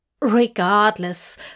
Regardless